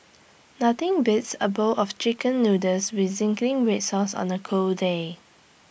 nothing beats A bowl of Chicken Noodles with Zingy Red Sauce on A cold day